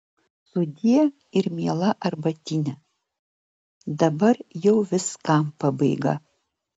sudie ir miela arbatine dabar jau viskam pabaiga